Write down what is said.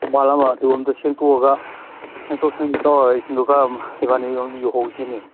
ꯈꯣꯡꯕꯥꯟ ꯑꯃ ꯑꯗꯣꯝꯗ ꯁꯦꯡꯇꯣꯛꯑꯒ ꯁꯦꯡꯇꯣꯛ ꯁꯦꯡꯖꯤꯟ ꯇꯧꯔꯒ ꯏꯁꯤꯡꯗꯨ ꯈꯔ ꯏꯕꯥꯅꯤꯒꯤꯗꯃꯛ ꯌꯧꯍꯧꯁꯤꯅꯦ